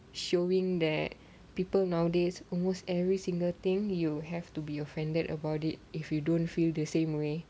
showing that people nowadays almost every single thing you have to be offended about it if you don't feel the same way